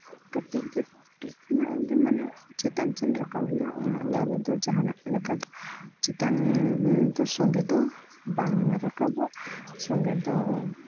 ᱠᱟᱹᱴᱤᱡ ᱠᱟᱹᱴᱤᱡ ᱠᱷᱚᱱᱟᱜᱼᱜᱮ ᱢᱟᱱᱮ ᱪᱮᱛᱟᱱ ᱥᱮᱫ ᱨᱟᱠᱟᱵ ᱦᱩᱭᱩᱜᱼᱟ ᱩᱱᱟᱹᱜ ᱞᱟᱜᱮ ᱫᱚ ᱡᱟᱦᱟᱱᱟᱜ ᱞᱮᱠᱟ ᱫᱚ ᱪᱮᱛᱟᱱ ᱫᱚ ᱥᱚᱸᱜᱮ ᱫᱚ ᱵᱟᱝ ᱨᱟᱠᱟᱵᱚᱜᱼᱟ ᱥᱚᱸᱜᱮ ᱫᱚ